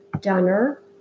Dunner